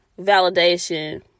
validation